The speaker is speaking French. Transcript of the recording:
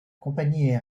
compagnie